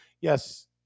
yes